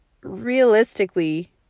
realistically